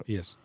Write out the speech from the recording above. Yes